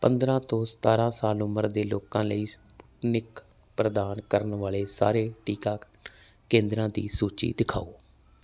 ਪੰਦਰਾਂ ਤੋਂ ਸਤਾਰਾਂ ਸਾਲ ਉਮਰ ਦੇ ਲੋਕਾਂ ਲਈ ਸਪੁਟਨਿਕ ਪ੍ਰਦਾਨ ਕਰਨ ਵਾਲੇ ਸਾਰੇ ਟੀਕਾਕਰਨ ਕੇਂਦਰਾ ਦੀ ਸੂਚੀ ਦਿਖਾਓ